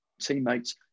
teammates